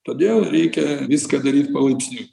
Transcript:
todėl reikia viską daryt palaipsniui